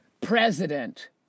president